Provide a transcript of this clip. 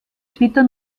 twitter